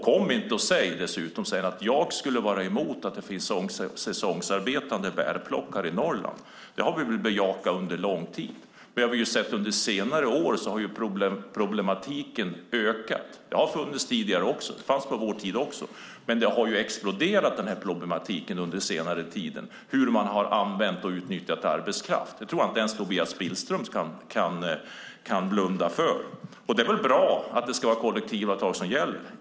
Kom dessutom sedan inte och säg att jag skulle vara emot att det finns säsongsarbetande bärplockare i Norrland, för det har vi väl bejakat under lång tid! Men under senare år har vi sett att problematiken har ökat. Den har funnits tidigare också och fanns även på vår tid. Men problematiken har exploderat under senare tid, hur man har använt och utnyttjat arbetskraft. Det tror jag inte ens att Tobias Billström kan blunda för. Det är väl bra att det ska vara kollektivavtal som gäller.